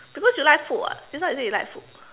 because you like food [what] just now you say you like food